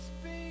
speak